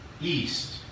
east